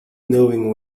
knowing